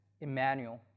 Emmanuel